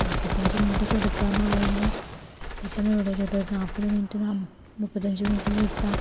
നാപ്പത്തഞ്ച് മിനിറ്റൊക്കെ എടുക്കാന്ന് പറയുമമ്പോൾ പെട്ടന്ന് വിടുമോ ചേട്ടാ ഒരു നാപ്പത് മിന്റ്റ് നാ മുപ്പത്തഞ്ച് മിന്റ്റില് വിട്ടാൽ